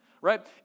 right